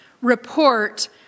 report